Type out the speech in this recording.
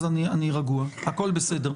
אנחנו מתנגדים להגדלה ל-35%.